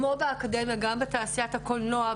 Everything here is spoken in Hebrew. כמו באקדמיה כך גם בתעשיית הקולנוע.